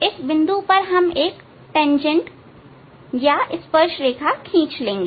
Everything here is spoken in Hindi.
इस बिंदु पर आप एक tangent खींच लेंगे